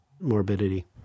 morbidity